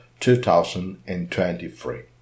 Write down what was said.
2023